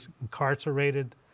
incarcerated